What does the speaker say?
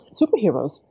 superheroes